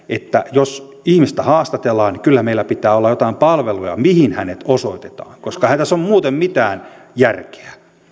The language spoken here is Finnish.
että jos ihmistä haastatellaan kyllä meillä pitää olla joitain palveluja mihin hänet osoitetaan koska eihän tässä ole muuten mitään järkeä